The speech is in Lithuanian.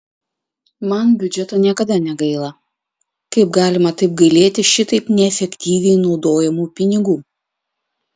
man biudžeto niekada negaila kaip galima taip gailėti šitaip neefektyviai naudojamų pinigų